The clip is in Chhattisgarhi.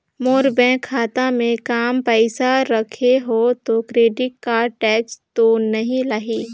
मोर बैंक खाता मे काम पइसा रखे हो तो क्रेडिट कारड टेक्स तो नइ लाही???